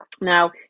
Now